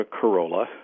Corolla